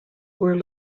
were